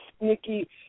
Nikki